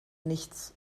nichts